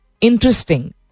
interesting